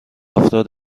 افراد